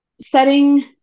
setting